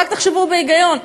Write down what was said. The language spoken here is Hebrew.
רק תחשבו בהיגיון,